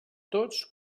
tots